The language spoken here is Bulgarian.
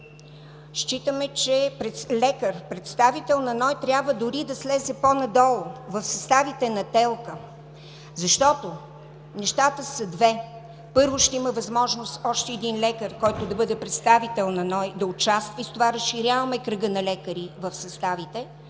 Считаме, че лекар – представител на НОИ, трябва дори да слезе по-надолу в съставите на ТЕЛК-а. Защото нещата са две. Първо, ще има възможност още един лекар, който да бъде представител на НОИ, да участва и с това разширяваме кръга на лекари в съставите,